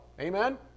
Amen